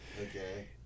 Okay